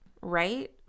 Right